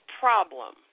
problem